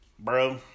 Bro